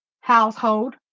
household